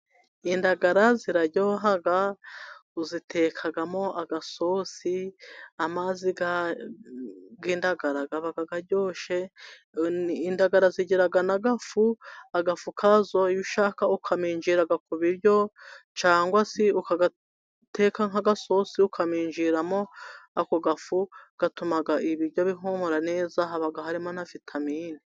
Indagara ziraryoha uzitekamo agasosi amazi y'indagara ab aryoshe, indagara zigiraga n'agafu, agafu kazo iyo ushaka ukaminjiraga ku biryo cyangwa se ukagateka nk'agasosi, ukaminjiramo ako gafu gatuma ibiryo bihumura neza habaga harimo na vitamine.